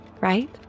right